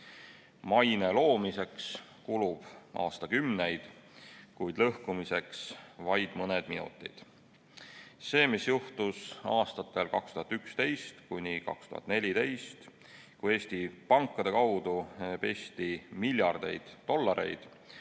Maine loomiseks kulub aastakümneid, kuid lõhkumiseks vaid mõned minutid. See, mis juhtus aastatel 2011–2014, kui Eesti pankade kaudu pesti miljardeid dollareid,